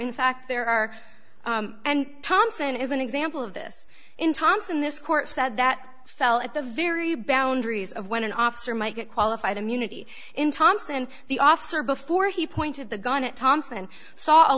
in fact there are and thompson is an example of this in thomson this court said that fell at the very boundaries of when an officer might get qualified immunity in thompson the officer before he pointed the gun at thompson saw